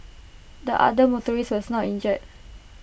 the other motorist was not injured